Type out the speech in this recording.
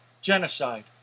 genocide